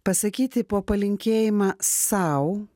pasakyti po palinkėjimą sau